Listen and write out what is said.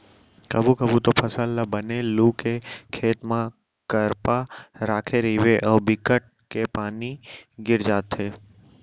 कभू कभू तो फसल ल बने लू के खेत म करपा राखे रहिबे अउ बिकट के पानी गिर जाथे